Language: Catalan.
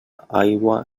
aigua